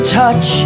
touch